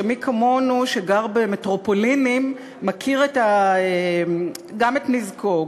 שמי כמונו שגר במטרופולינים מכיר גם את נזקו,